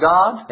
God